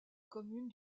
commune